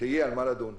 כשיהיה על מה לדון.